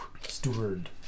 Steward